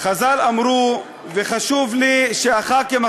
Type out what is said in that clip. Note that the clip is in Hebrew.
לחבק אותו,